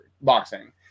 boxing